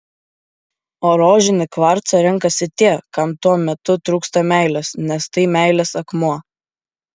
o rožinį kvarcą renkasi tie kam tuo metu trūksta meilės nes tai meilės akmuo